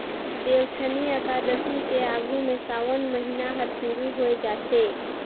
देवउठनी अकादसी के आघू में सावन महिना हर सुरु होवे जाथे